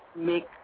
make